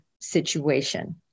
situation